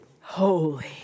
holy